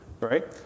right